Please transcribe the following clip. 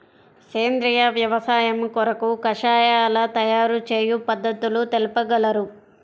సేంద్రియ వ్యవసాయము కొరకు కషాయాల తయారు చేయు పద్ధతులు తెలుపగలరు?